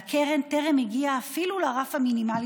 והקרן טרם הגיעה אפילו לרף המינימלי